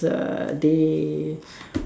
uh day